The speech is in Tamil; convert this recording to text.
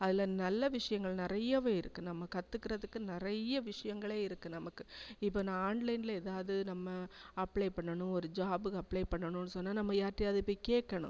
அதில் நல்ல விஷயங்கள் நிறையவே இருக்குது நம்ம கற்றுக்குறதுக்கு நிறைய விஷயங்களே இருக்குது நமக்கு இப்போ நான் ஆன்லைனில் எதாவது நம்ம அப்பளே பண்ணணும் ஒரு ஜாபுக்கு அப்பளை பண்ணணுன்னு சொன்னால் நம்ம யார்கிட்டையாது போய் கேட்கணும்